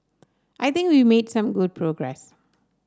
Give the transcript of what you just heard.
I think we made some good progress